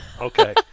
okay